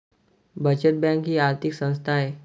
बचत बँक ही आर्थिक संस्था आहे